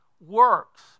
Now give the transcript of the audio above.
works